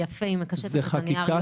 היא מקשטת את הנייר יופי.